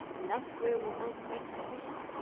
and that's where we make that decision.